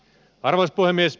arvoisa puhemies